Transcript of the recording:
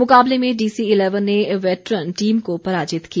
मुकाबले में DC eleven ने वेटरन टीम को पराजित किया